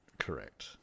Correct